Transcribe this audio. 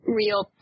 real